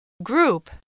Group